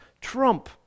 trump